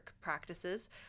practices